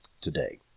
today